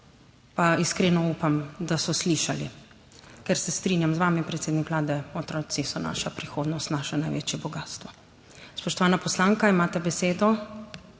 pa iskreno upam, da so slišali, ker se strinjam z vami, predsednik Vlade, otroci so naša prihodnost, naše največje bogastvo. Spoštovana poslanka, imate besedo